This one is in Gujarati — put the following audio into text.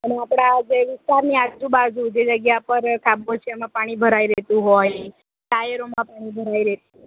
અને આપણા વિસ્તારની જે આજુ બાજુ જે જગ્યા પર ખાબોચિયામાં પાણી ભરાઈ રહેતું હોય ટાયરોમાં પાણી ભરાઈ રહેતું હોય